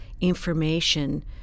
information